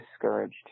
discouraged